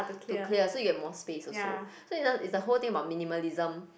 to clear so you have more spaces so so it's just it's a whole thing about minimalism